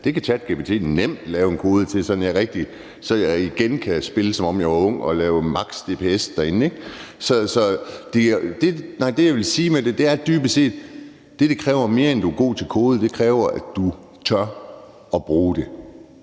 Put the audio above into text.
Det kan ChatGPT nemt lave en kode til, så jeg igen kan spille, som om jeg var ung og lave maks damage per second derinde, ikke? Det, jeg vil sige med det, er dybest set, at det, som det kræver, udover at være god til kode, er, at du tør at bruge det.